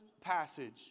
passage